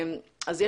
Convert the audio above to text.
אם כן,